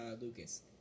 Lucas